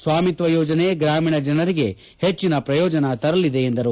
ಸ್ವಾಮಿತ್ವ ಯೋಜನೆ ಗ್ರಾಮೀಣ ಜನರಿಗೆ ಹೆಚ್ಚಿನ ಪ್ರಯೋಜನ ತರಲಿದೆ ಎಂದರು